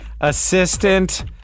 Assistant